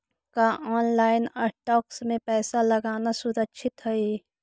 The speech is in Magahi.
का ऑनलाइन स्टॉक्स में पैसा लगाना सुरक्षित हई